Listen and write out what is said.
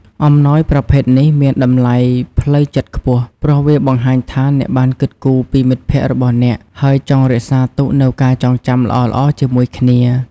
អំណោយប្រភេទនេះមានតម្លៃផ្លូវចិត្តខ្ពស់ ព្រោះវាបង្ហាញថាអ្នកបានគិតគូរពីមិត្តភក្តិរបស់អ្នក ហើយចង់រក្សាទុកនូវការចងចាំល្អៗជាមួយគ្នា។